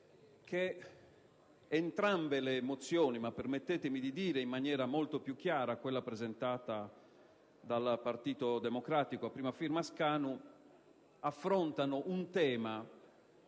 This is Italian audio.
che entrambe le mozioni (ma, permettetemi di dire, in maniera molto più chiara quella presentata dal Partito Democratico a prima firma del senatore Scanu) affrontano un tema